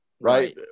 right